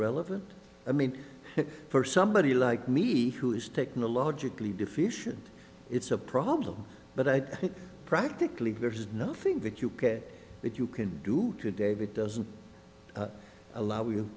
relevant i mean for somebody like me who is technologically deficient it's a problem but i practically there's nothing that you that you can do to dave it doesn't allow you